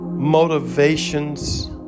motivations